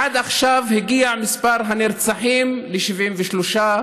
עד עכשיו הגיע מספר הנרצחים ל-73,